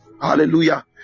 hallelujah